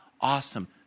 awesome